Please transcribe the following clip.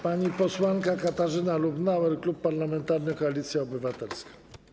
Pani posłanka Katarzyna Lubnauer, Klub Parlamentarny Koalicja Obywatelska.